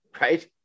right